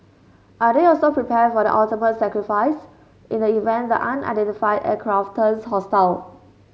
are they also prepared for the ultimate sacrifice in the event the unidentified aircraft turns hostile